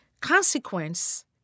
consequence